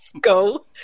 go